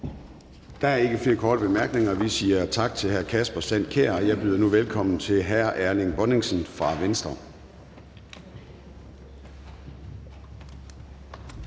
Der er ikke flere korte bemærkninger. Vi siger tak til hr. Kasper Sand Kjær, og jeg byder nu velkommen til hr. Erling Bonnesen fra Venstre.